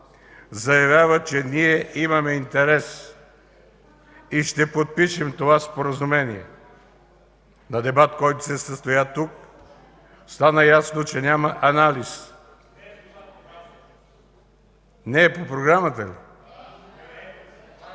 заявява, че ние имаме интерес и ще подпишем това Споразумение. На дебат, който се състоя тук, стана ясно, че няма анализ. (Реплики